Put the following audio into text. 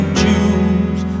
choose